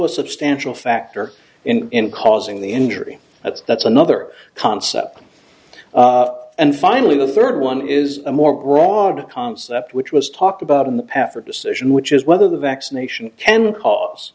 a substantial factor in causing the injury at that's another concept and finally the third one is a more broad concept which was talked about in the past for decision which is whether the vaccination can cause